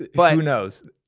but who knows?